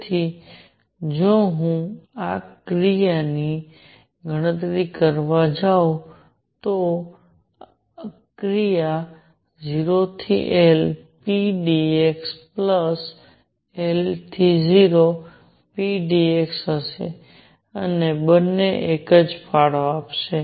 તેથી જો હું આ માટે ની ક્રિયાની ગણતરી કરવા જાઉં તો ક્રિયા 0 થી L p dx plus L થી 0 p dx હશે અને બંને એક જ ફાળો આપશે